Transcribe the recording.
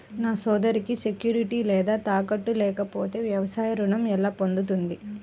నా సోదరికి సెక్యూరిటీ లేదా తాకట్టు లేకపోతే వ్యవసాయ రుణం ఎలా పొందుతుంది?